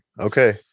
Okay